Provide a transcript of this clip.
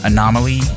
Anomaly